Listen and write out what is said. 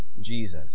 Jesus